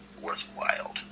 worthwhile